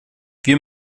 wir